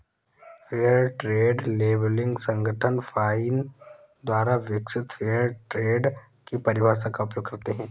fair trade labelling संगठन FINE द्वारा विकसित फेयर ट्रेड की परिभाषा का उपयोग करते हैं